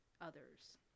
others